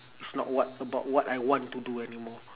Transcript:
is not what about what I want to do anymore